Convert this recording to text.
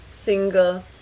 single